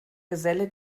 geselle